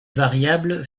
variable